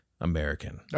American